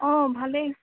অ ভালেই